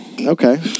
okay